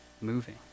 moving